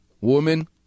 woman